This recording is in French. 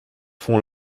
font